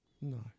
No